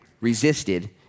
resisted